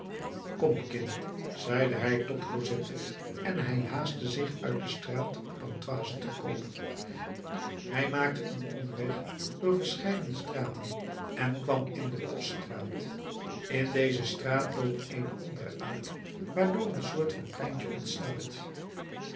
zeide hij tot cosette en hij haastte zich uit de straat pontoise te komen hij maakte een omweg door verscheiden straten en kwam in de poststraat in deze straat loopt eene andere uit waardoor een soort van pleintje ontstaat